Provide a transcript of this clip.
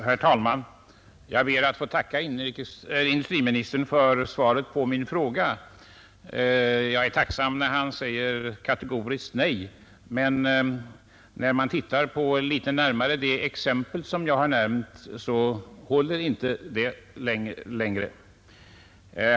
Herr talman! Jag ber att få tacka industriministern för svaret på min fråga. Jag är tacksam för att statsrådet säger kategoriskt nej. Men när man tittar litet närmare på det exempel som jag har nämnt i min fråga, så håller inte detta nej längre.